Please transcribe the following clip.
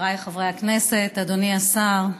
חבריי חברי הכנסת, אדוני השר,